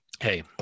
Hey